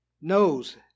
knows